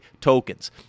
tokens